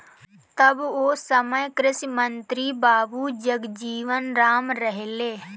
तब ओ समय कृषि मंत्री बाबू जगजीवन राम रहलें